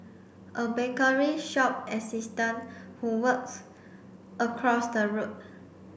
a bakery shop assistant who works across the road